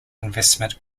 investment